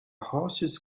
horses